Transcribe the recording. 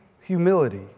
humility